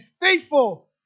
faithful